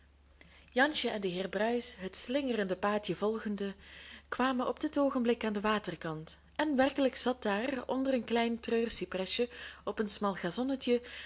jansje en de heer bruis het slingerende paadje volgende kwamen op dit oogenblik aan den waterkant en werkelijk zat daar onder een klein treurcypresje op een smal gazonnetje